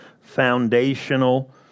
foundational